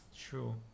True